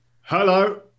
hello